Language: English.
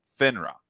Finra